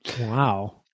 Wow